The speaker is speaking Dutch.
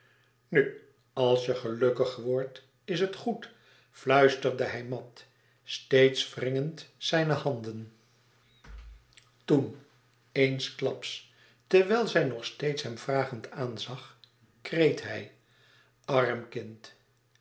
nu als je gelukkig wordt is het goed fluisterde hij mat steeds wringend zijn handen toen eensklaps terwijl zij nog steeds hem vragend aanzag kreet hij arm kind